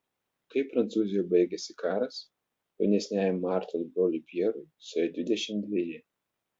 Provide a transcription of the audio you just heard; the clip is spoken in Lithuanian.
kai prancūzijoje baigėsi karas jaunesniajam martos broliui pjerui suėjo dvidešimt dveji